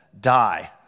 die